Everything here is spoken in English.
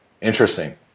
Interesting